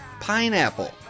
pineapple